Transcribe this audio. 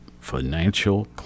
financial